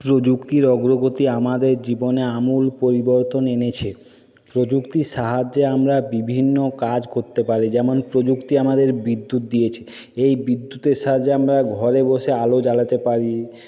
প্রযুক্তির অগ্রগতি আমাদের জীবনে আমূল পরিবর্তন এনেছে প্রযুক্তির সাহায্যে আমরা বিভিন্ন কাজ করতে পারি যেমন প্রযুক্তি আমাদের বিদ্যুৎ দিয়েছে এই বিদ্যুতের সাহায্যে আমরা ঘরে বসে আলো জ্বালাতে পারি